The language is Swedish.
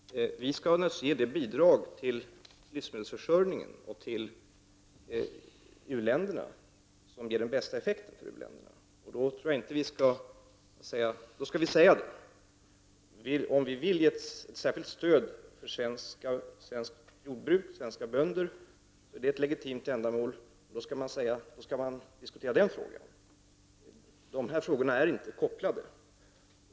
Herr talman! Vi skall naturligtvis ge det bidrag till livsmedelsförsörjningen och till u-länderna som ger den bästa effekten för u-länderna. Det är ett legitimt ändamål om vi vill ge stöd till svenskt jordbruk och svenska bönder. Även den frågan kan diskuteras. De här frågorna är inte kopplade.